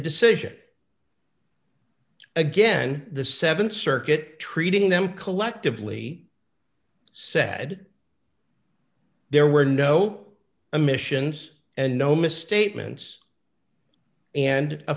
decision again the th circuit treating them collectively said there were no emissions and no misstatements and